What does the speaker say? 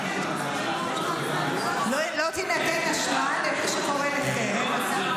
לא תינתן אשרה למי שקורא לחרם.